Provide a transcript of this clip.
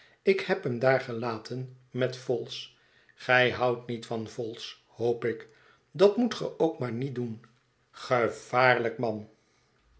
ik heb hem daar gelaten met vholes gij houdt niet van vholes hoop ik dat moet ge ook maar niet doen ge vaarlijk man